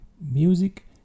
music